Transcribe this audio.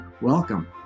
Welcome